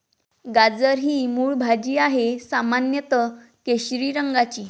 गाजर ही मूळ भाजी आहे, सामान्यत केशरी रंगाची